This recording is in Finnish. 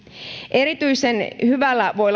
erityisen hyvällä voi